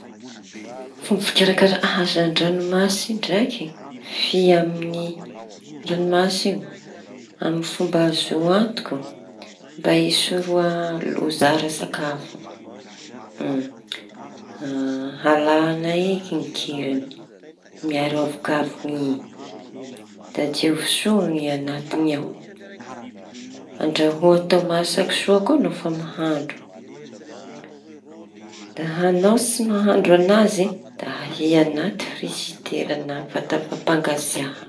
Fomba fikarakarana hazan-drañomasina amin'ny fomba azo antoka mba hisorohaña ny loza ara tsakafo. Halaña e kirañy miaro avokavokiñy da diovy soa. Andrahoa atao masaky soa ko teña mahandro no tsy andrahoa da ahia añaty kaonzelatera.